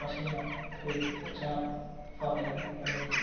ꯃꯁꯤꯅ ꯑꯩꯈꯣꯏꯒꯤ ꯍꯛꯆꯥꯡ ꯐꯍꯜꯂꯤ ꯑꯃꯗꯤ